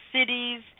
cities